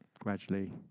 Gradually